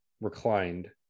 reclined